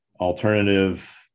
alternative